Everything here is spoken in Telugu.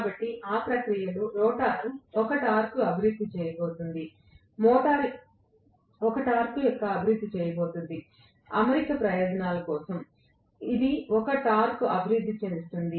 కాబట్టి ఈ ప్రక్రియలో రోటర్ ఒక టార్క్ అభివృద్ధి చేయబోతోంది మోటారు ఒక టార్క్ అభివృద్ధి చేయబోతోంది అమరిక ప్రయోజనాల కోసం ఇది ఒక టార్క్ను అభివృద్ధి చేస్తుంది